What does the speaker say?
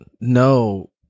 no